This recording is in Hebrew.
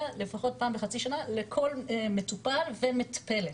לפחות פעם בחצי שנה לכל מטופל ומטפלת,